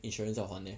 insurance 要还 leh